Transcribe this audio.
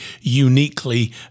uniquely